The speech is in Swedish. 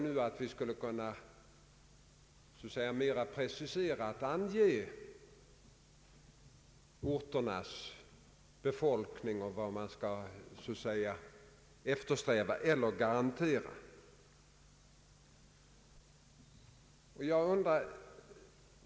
Man skulle mera preciserat ange orternas befolkningstal och vad man vill eftersträva eller garantera.